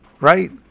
Right